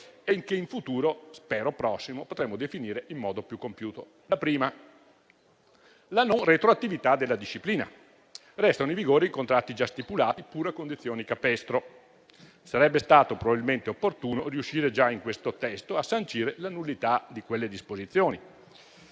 e che in un futuro, spero prossimo, potremo definire in modo più compiuto. La prima riguarda la non retroattività della disciplina. Restano in vigore i contratti già stipulati, pure a condizioni capestro. Sarebbe stato opportuno probabilmente riuscire già in questo testo a sancire la nullità di quelle disposizioni.